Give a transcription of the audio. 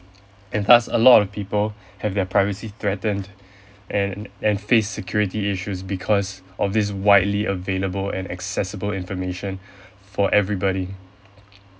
and thus a lot of people have their privacy threatened and and face security issues because of this widely available and accessible information for everybody